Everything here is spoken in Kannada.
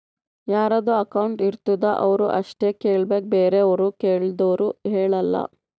ಯಾರದು ಅಕೌಂಟ್ ಇರ್ತುದ್ ಅವ್ರು ಅಷ್ಟೇ ಕೇಳ್ಬೇಕ್ ಬೇರೆವ್ರು ಕೇಳ್ದೂರ್ ಹೇಳಲ್ಲ